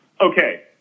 Okay